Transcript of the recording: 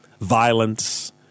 violence